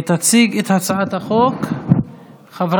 תציג את הצעת החוק שרת